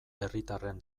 herritarren